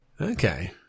Okay